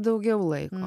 daugiau laiko